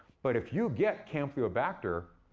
but if you get campylobacter,